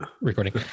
recording